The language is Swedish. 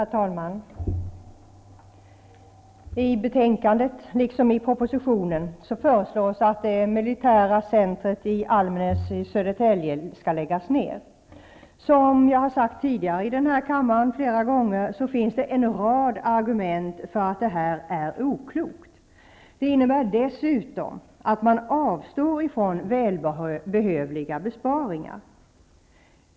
Herr talman! I betänkandet liksom i propositionen föreslås att det militära centret i Almnäs, Södertälje, skall läggas ned. Som jag har sagt flera gånger tidigare här i kammaren finns det en rad argument för att detta är oklokt. Det innebär dessutom att man avstår från välbehövliga besparingar.